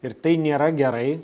ir tai nėra gerai